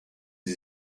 sie